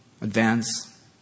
advance